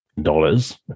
dollars